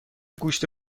گوشت